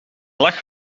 lag